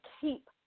keep